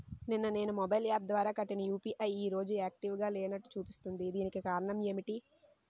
నిన్న నేను mobile app ద్వారా కట్టిన యు.పి.ఐ ఈ రోజు యాక్టివ్ గా లేనట్టు చూపిస్తుంది దీనికి కారణం ఏమిటి?